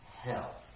hell